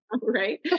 Right